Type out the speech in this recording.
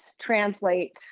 translate